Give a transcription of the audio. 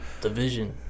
division